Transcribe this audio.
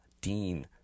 Dean